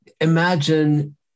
imagine